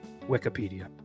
Wikipedia